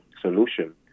solution